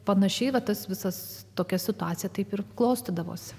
panašiai va tas visas tokia situacija taip ir klostydavosi